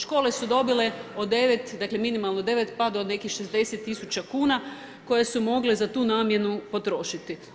Škole su dobile od 9, dakle minimalno 9 pa do nekih 60 tisuća kuna koje su mogle za tu namjenu potrošiti.